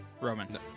Roman